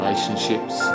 relationships